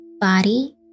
body